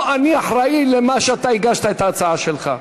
לא אני אחראי שאתה הגשת את ההצעה שלך.